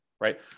right